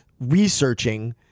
researching